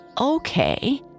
Okay